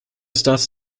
starts